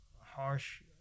harsh